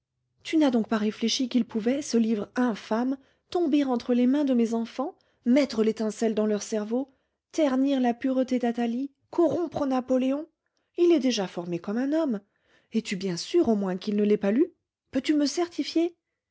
tu n'as donc pas réfléchi qu'il pouvait ce livre infâme tomber entre les mains de mes enfants mettre l'étincelle dans leur cerveau ternir la pureté d'athalie corrompre napoléon il est déjà formé comme un homme es-tu bien sûr au moins qu'ils ne l'aient pas lu peux-tu me certifier